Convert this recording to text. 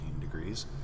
degrees